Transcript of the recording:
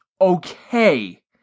okay